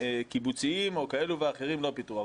קיבוציים או כאלה ואחרים לא פיטרו.